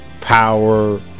power